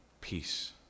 Peace